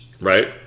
Right